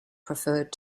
preferred